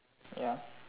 ya